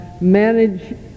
manage